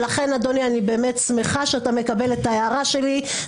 לכן אדוני אני באמת שמחה שאתה מקבל את ההערה שלי.